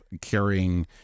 carrying